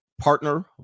partner